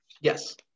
Yes